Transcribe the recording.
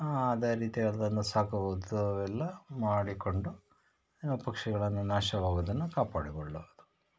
ಅದೇ ರೀತಿ ಅದನ್ನ ಸಾಕ್ಕೋಬೋದು ಅವೆಲ್ಲ ಮಾಡಿಕೊಂಡು ಪಕ್ಷಿಗಳನ್ನು ನಾಶವಾಗುವುದನ್ನು ಕಾಪಾಡಿಕೊಳ್ಳಬಹುದು